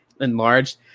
enlarged